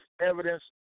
evidence